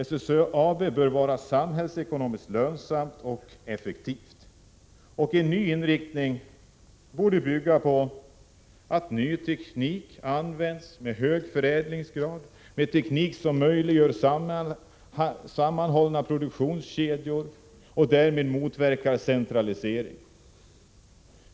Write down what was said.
SSAB bör vara samhällsekonomiskt lönsamt och effektivt. En ny inriktning borde bygga på ny teknik och hög förädlingsgrad, en teknik som möjliggör sammanhållna produktionskedjor och därmed motverkar centralisering.